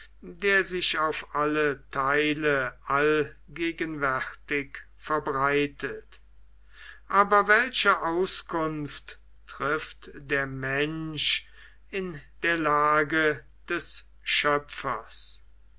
der sich auf alle theile allgegenwärtig verbreitet aber welche auskunft trifft der mensch in der lage des schöpfers